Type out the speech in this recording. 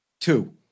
Two